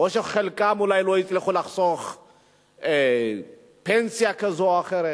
או שחלקם לא היה יכול לחסוך פנסיה כזו או אחרת,